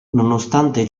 nonostante